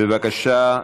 בבקשה,